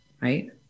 right